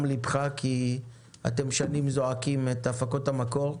לבך כי שנים אתם זועקים על הפקות המקור.